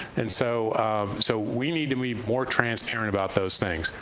and so um so we need to be more transparent about those things.